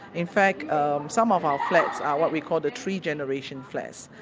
in fact some of our flats are what we call the three generation flats,